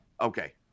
okay